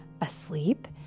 asleep